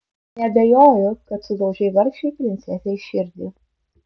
neabejoju kad sudaužei vargšei princesei širdį